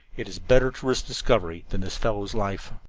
it's better to risk discovery than this fellow's life.